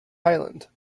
thailand